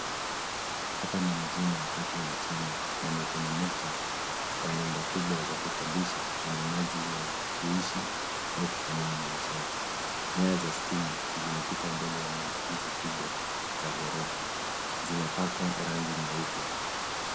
Hapa ni mjini wakati wa mchana na ni kwenye muktadha wa nyumba kubwa za kukodisha kwa minajili ya kuishi au kufanyia biashara. Nyaya za stima zimepita mbele ya nyumba hizi kubwa za ghorofa. Zimepakwa rangi nyeupe.